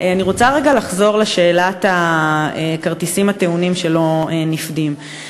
אני רוצה רגע לחזור לשאלת הכרטיסים הטעונים שלא נפדים.